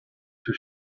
too